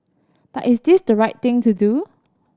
but is this the right thing to do